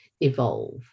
evolve